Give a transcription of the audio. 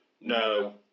No